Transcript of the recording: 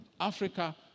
Africa